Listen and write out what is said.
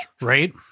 Right